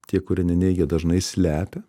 tie kurie neneigia dažnai slepia